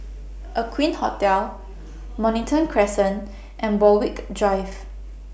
Aqueen Hotel Mornington Crescent and Borthwick Drive